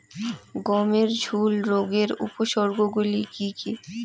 গমের ঝুল রোগের উপসর্গগুলি কী কী?